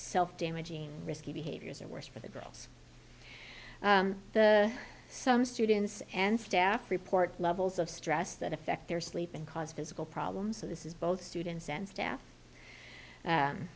damaging risky behaviors or worse for the girls some students and staff report levels of stress that affect their sleep and cause physical problems so this is both students and staff